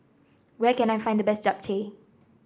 where can I find the best Japchae